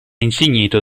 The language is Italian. insignito